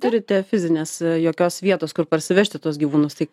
turite fizinės jokios vietos kur parsivežti tuos gyvūnus tai